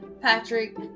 Patrick